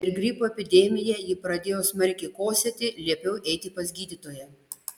per gripo epidemiją ji pradėjo smarkiai kosėti liepiau eiti pas gydytoją